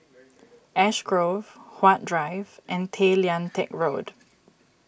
Ash Grove Huat Drive and Tay Lian Teck Road